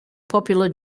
popular